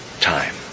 time